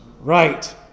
Right